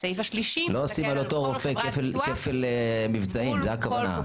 לא עושים על אותו רופא כפל מבצעים, זה הכוונה.